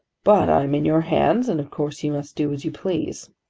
but i am in your hands and of course you must do as you please.